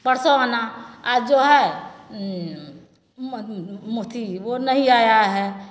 परसों आना आज जो है ओ अथी ओ नहीं आया है